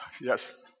Yes